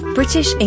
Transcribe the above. British